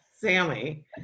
Sammy